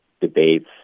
debates